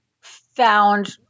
found